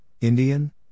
Indian